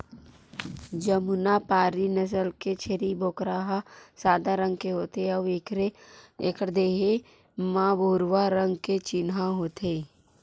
जमुनापारी नसल के छेरी बोकरा ह सादा रंग के होथे अउ एखर देहे म भूरवा रंग के चिन्हा होथे